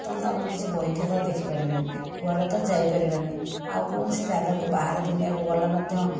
ତା'ହେଲେ ତ ଆମର କିଛି ବହି ଖାତା ଦେଖିପାରିବାନାହିଁ କୁଆଡ଼େ ତ ଯାଇପାରିବାନାହିଁ ଆଉ କୌଣସି ଜାଗାକୁ ବାହାର ଦୁନିଆକୁ ଗଲେ ମଧ୍ୟ